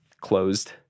closed